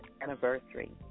anniversary